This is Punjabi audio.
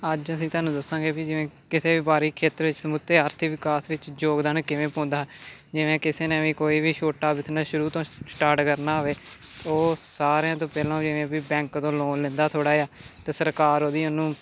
ਅੱਜ ਅਸੀਂ ਤੁਹਾਨੂੰ ਦੱਸਾਂਗੇ ਵੀ ਜਿਵੇਂ ਕਿਸੇ ਵਪਾਰਿਕ ਖੇਤਰ ਵਿੱਚ ਸਮੁੱਚੇ ਆਰਥਿਕ ਵਿਕਾਸ ਵਿੱਚ ਯੋਗਦਾਨ ਕਿਵੇਂ ਪਾਉਂਦਾ ਜਿਵੇਂ ਕਿਸੇ ਨੇ ਵੀ ਕੋਈ ਵੀ ਛੋਟਾ ਬਿਜ਼ਨਸ ਸ਼ੁਰੂ ਤੋਂ ਸਟਾਰਟ ਕਰਨਾ ਹੋਵੇ ਉਹ ਸਾਰਿਆਂ ਤੋਂ ਪਹਿਲਾਂ ਜਿਵੇਂ ਵੀ ਬੈਂਕ ਤੋਂ ਲੋਨ ਲੈਂਦਾ ਥੋੜ੍ਹਾ ਜਿਹਾ ਤਾਂ ਸਰਕਾਰ ਉਹਦੀ ਉਹਨੂੰ